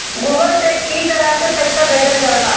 Google pay पअ इ तरह से पईसा भेजल जाला